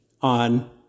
on